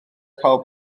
pawb